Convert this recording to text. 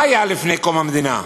מה היה לפני קום המדינה?